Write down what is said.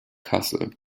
kassel